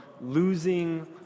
losing